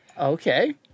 Okay